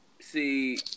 see